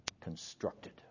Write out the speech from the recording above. constructed